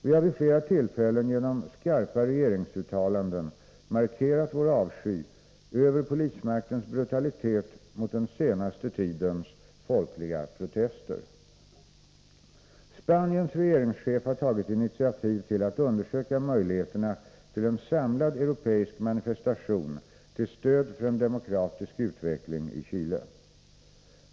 Vi har vid flera tillfällen genom skarpa regeringsuttalanden markerat vår avsky för polismaktens brutalitet mot den senaste tidens folkliga protester. Spaniens regeringschef har tagit initiativ till att undersöka möjligheterna till en samlad europeisk manifestation till stöd för en demokratisk utveckling i Chile.